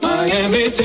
Miami